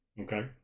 Okay